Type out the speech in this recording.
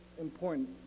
important